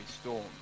storm